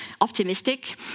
optimistic